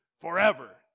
forever